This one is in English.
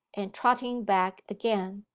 and trotting back again.